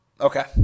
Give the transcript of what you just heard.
Okay